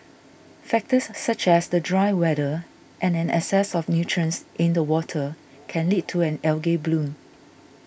factors such as the dry weather and an excess of nutrients in the water can lead to an algae bloom